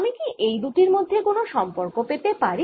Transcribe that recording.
আমি কি এই দুটির মধ্যে কোনও সম্পর্ক পেতে পারি